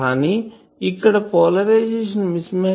కానీ ఇక్కడ polarisation miss match